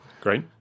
Great